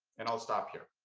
and i'll stop here.